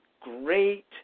great